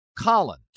colin